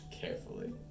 carefully